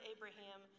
Abraham